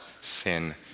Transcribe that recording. sin